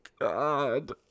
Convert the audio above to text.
God